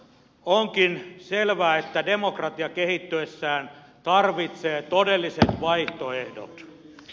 onkin selvää että demokratia kehittyessään tarvitsee todelliset vaihtoehdot